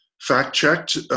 fact-checked